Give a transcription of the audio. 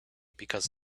because